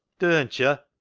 durn't yo'?